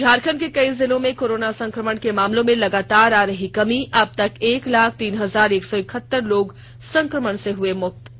झारखंड के कई जिलों में कोरोना संक्रमण के मामलों में लगातार आ रही कमी अबतक एक लाख तीन हजार एक सौ इकहत्तर लोग संकमण से मुक्त हुए